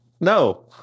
No